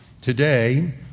today